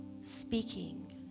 speaking